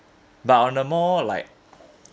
but on the more like